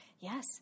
yes